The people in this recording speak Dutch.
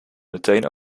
meteen